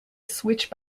switch